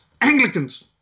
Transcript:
Anglicans